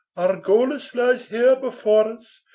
argolis lies here before us,